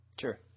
Sure